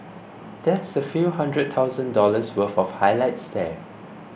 that's a few hundred thousand dollars worth of highlights there